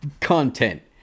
content